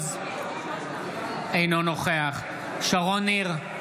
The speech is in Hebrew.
אינו נוכח שרון ניר,